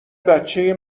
بچه